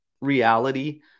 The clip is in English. reality